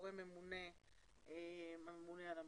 הגורם הממונה הוא הממונה על המרשם.